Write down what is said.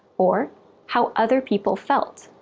or how other people felt.